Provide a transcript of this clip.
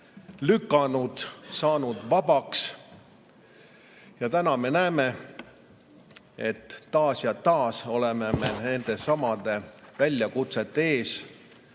lükanud, saanud vabaks. Ja täna me näeme, et taas ja taas oleme me nendesamade väljakutsete ees.